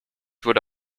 wurde